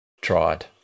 tried